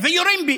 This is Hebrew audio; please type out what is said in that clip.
"מחבל" ויורים בי.